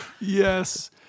yes